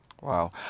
Wow